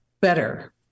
better